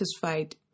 satisfied